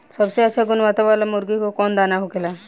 सबसे अच्छा गुणवत्ता वाला मुर्गी के कौन दाना होखेला?